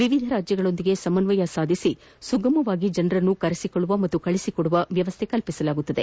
ವಿವಿಧ ರಾಜ್ಯಗಳ ಜೊತೆ ಸಮನ್ವಯ ಸಾಧಿಸಿ ಸುಗಮವಾಗಿ ಜನರನ್ನು ಕರೆಸಿಕೊಳ್ಳುವ ಪಾಗೂ ಕಳುಹಿಸಿಕೊಡುವ ವ್ಯವಸ್ನೆ ಕಲ್ಲಿಸಲಾಗುವುದು